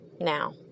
now